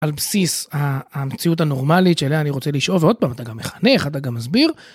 על בסיס המציאות הנורמלית שאליה אני רוצה לשאוף, ועוד פעם, אתה גם מחנך, אתה גם מסביר.